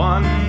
One